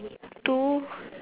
two